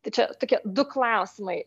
tai čia tokie du klausimai